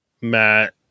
Matt